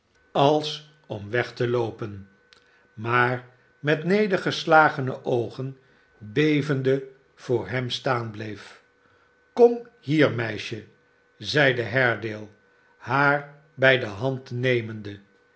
als om weg te loopen maar met nedergeslagene oogen bevende voor hem staan bleef kom hier meisje i zeide haredale haar bij de hand nemende